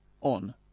on